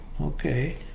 Okay